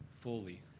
fully